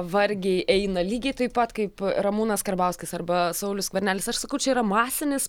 vargiai eina lygiai taip pat kaip ramūnas karbauskis arba saulius skvernelis aš sakau čia yra masinis